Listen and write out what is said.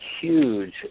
huge